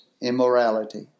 immorality